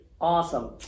awesome